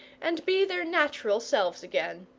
and be their natural selves again.